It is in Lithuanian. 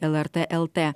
lrt lt